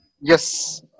Yes